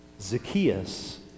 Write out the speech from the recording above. Zacchaeus